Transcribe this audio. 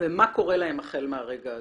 ומה קורה להם החל מרגע זה.